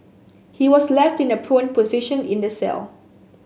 he was left in a prone position in the cell